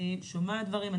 אני שומעת דברים,